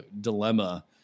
dilemma